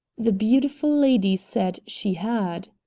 the beautiful lady said she had.